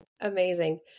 amazing